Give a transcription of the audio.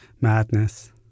madness